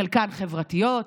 חלקן חברתיות,